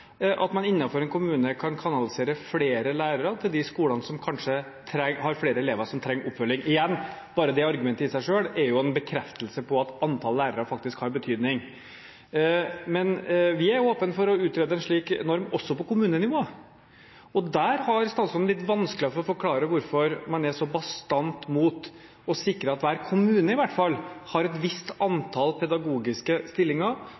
at man innenfor en kommune kan kanalisere flere lærere til de skolene som kanskje har flere elever som trenger oppfølging. Igjen: Bare det argumentet i seg selv er jo en bekreftelse på at antall lærere faktisk har betydning. Vi er åpne for å utrede en slik norm også på kommunenivå. Statsråden har litt vanskeligere for å forklare hvorfor man er så bastant imot å sikre at hver kommune i hvert fall har et visst antall pedagogiske stillinger